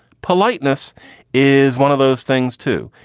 politeness is one of those things, too.